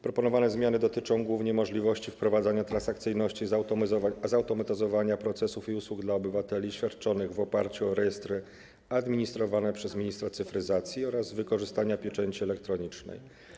Proponowane zmiany dotyczą głównie możliwości wprowadzenia transakcyjności, zautomatyzowania procesów i usług dla obywateli świadczonych na podstawie rejestrów administrowanych przez ministra cyfryzacji oraz wykorzystania pieczęci elektronicznej.